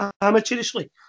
amateurishly